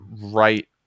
right